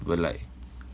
got like